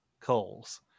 calls